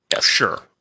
Sure